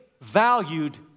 valued